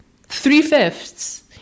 three-fifths